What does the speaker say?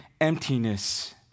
emptiness